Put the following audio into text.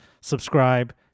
subscribe